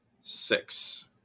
six